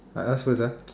I ask first ah